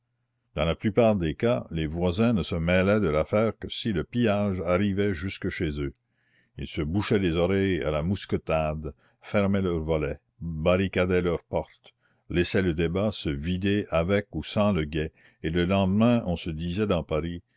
dans la plupart des cas les voisins ne se mêlaient de l'affaire que si le pillage arrivait jusque chez eux ils se bouchaient les oreilles à la mousquetade fermaient leurs volets barricadaient leurs portes laissaient le débat se vider avec ou sans le guet et le lendemain on se disait dans paris